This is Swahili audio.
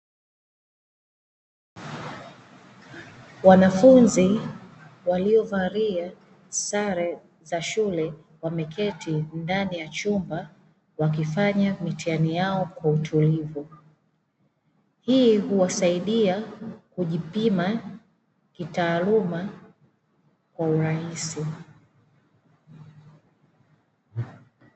Wanafunzi waliovalia sare za shule wameketi ndani ya chumba wakifanya mitihani yao kwa utulivu. Hii huwasaidia kujipima kitaaluma kwa urahisi.